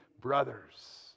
brothers